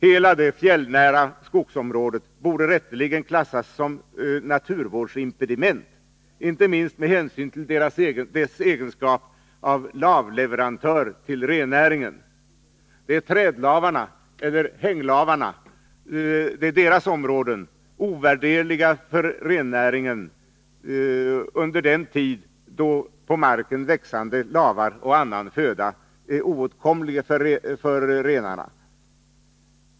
Hela det fjällnära skogsområdet borde rätteligen klassas som naturvårdsimpediment, inte minst med hänsyn till dess egenskap av lavleverantör till rennäringen. Det är trädlavarnas eller hänglavarnas områden, ovärderliga för rennäringen under den tid då på marken växande lavar och annan föda är oåtkomliga för renarna.